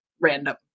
random